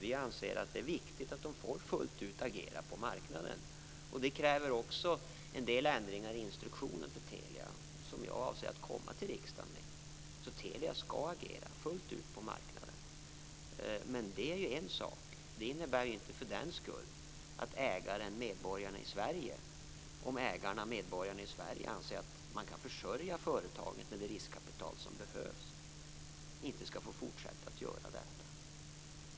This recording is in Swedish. Vi anser att det är viktigt att företaget kan agera fullt ut på marknaden. Det kräver en del ändringar i instruktionen för Telia, som jag avser att lägga fram för riksdagen. Telia skall alltså agera fullt ut på marknaden. Men det är en sak - det innebär för den skull inte att ägaren, medborgarna i Sverige, om man anser att man kan försörja företaget med det riskkapital som behövs inte skall få fortsätta att göra detta.